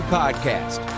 podcast